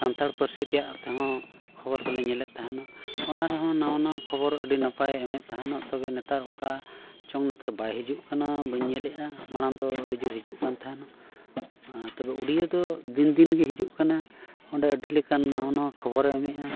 ᱥᱟᱱᱛᱟᱲ ᱯᱟᱹᱨᱥᱤ ᱛᱮᱭᱟᱜ ᱛᱮᱦᱚᱸ ᱠᱷᱚᱵᱚᱨ ᱫᱚᱞᱮ ᱧᱮᱞᱮᱫ ᱛᱟᱦᱮᱱᱟ ᱚᱱᱟ ᱨᱮᱦᱚᱸ ᱱᱟᱣᱟ ᱱᱟᱣᱟ ᱠᱷᱚᱵᱚᱨ ᱟᱹᱰᱤ ᱱᱟᱯᱟᱭ ᱮᱢᱮᱜ ᱛᱟᱦᱮᱱᱚᱜ ᱛᱚᱵᱮ ᱱᱮᱛᱟᱨ ᱚᱠᱟ ᱪᱚᱝ ᱱᱮᱛᱟᱨ ᱵᱟᱭ ᱦᱤᱡᱩᱜ ᱠᱟᱱᱟ ᱵᱟᱹᱧ ᱧᱮᱞᱮᱜᱼᱟ ᱢᱟᱲᱟᱝ ᱫᱚ ᱟᱹᱰᱤ ᱡᱳᱨ ᱦᱤᱡᱩᱜ ᱠᱟᱱ ᱛᱟᱦᱮᱱᱚᱜ ᱟᱨ ᱛᱚᱵᱮ ᱩᱰᱤᱭᱟᱹ ᱫᱚ ᱫᱤᱱ ᱫᱤᱱ ᱜᱮ ᱦᱤᱡᱩᱜ ᱠᱟᱱᱟ ᱚᱸᱰᱮ ᱟᱹᱰᱮ ᱞᱮᱠᱟᱱ ᱱᱟᱣᱟ ᱱᱟᱣᱟ ᱠᱷᱚᱵᱮᱨ ᱮᱢᱮᱜᱼᱟ